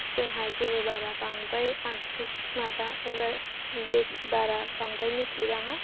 जोंहा जेबो बारा बांद्राय आगजु माबा बारा बांद्राय मिथिबाङा